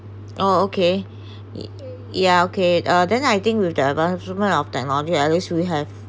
oh okay yeah okay uh then I think with the advancement of technology at least we have